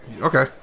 Okay